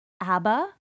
ABBA